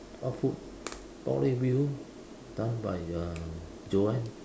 what food pork leg bee-hoon done by uh Joanne